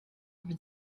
over